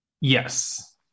Yes